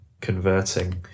converting